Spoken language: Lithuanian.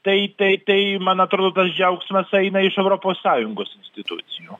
tai tai tai man atrodo tas džiaugsmas eina iš europos sąjungos institucijų